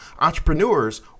Entrepreneurs